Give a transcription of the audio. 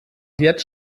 jetzt